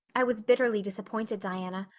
i was bitterly disappointed, diana.